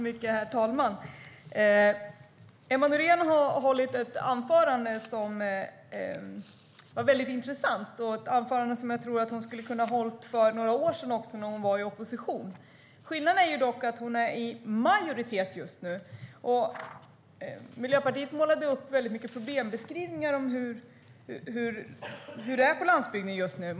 Herr talman! Emma Nohrén har hållit ett anförande som var väldigt intressant. Det var ett anförande som jag tror att hon hade kunnat hålla för några år sedan också, när hon var i opposition. Skillnaden är dock att hon tillhör majoriteten just nu. Miljöpartiet målade upp många problembeskrivningar om hur det är på landsbygden just nu.